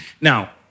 Now